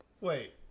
Wait